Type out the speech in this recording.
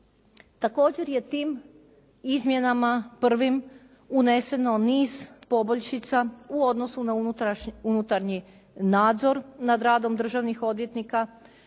Također je tim izmjenama prvim uneseno niz poboljšica u odnosu na unutarnji nadzor nad radom državnih odvjetnika.